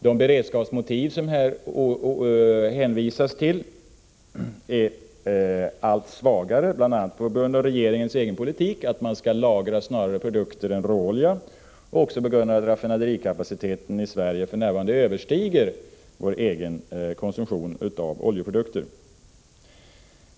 Det beredskapsmotiv som det hänvisas till blir allt svagare, bl.a. på grund av regeringens egen politik, att man skall lagra snarare produkter än råolja och också på grund av att raffinaderikapaciteten i Sverige för närvarande överstiger vår egen konsumtion av oljeprodukter.